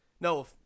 No